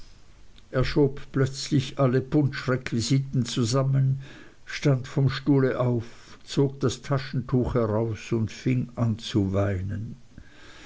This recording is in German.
er schob plötzlich alle punschrequisiten zusammen stand vom stuhle auf zog das taschentuch heraus und fing an zu weinen